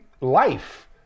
life